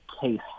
case